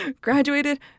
graduated